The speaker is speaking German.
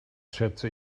schätze